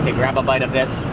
grab a bit of this.